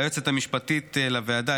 ליועצת המשפטית לוועדה,